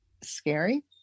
scary